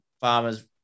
farmers